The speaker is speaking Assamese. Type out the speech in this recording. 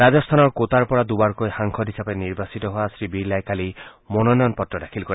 ৰাজস্থানৰ কোটাৰ পৰা দুবাৰকৈ সাংসদ হিচাপে নিৰ্বাচিত হোৱা শ্ৰীবিৰলাই কালি মনোনয়ন পত্ৰ দাখিল কৰে